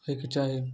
होइके चाही